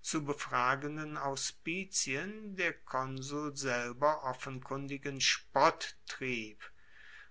zu befragenden auspizien der konsul selber offenkundigen spott trieb